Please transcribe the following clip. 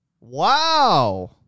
Wow